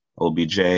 OBJ